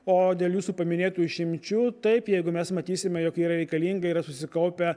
o dėl jūsų paminėtų išimčių taip jeigu mes matysime jog yra reikalinga yra susikaupę